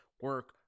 Work